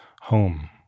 home